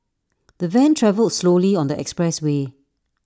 the van travelled slowly on the expressway